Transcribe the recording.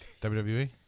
WWE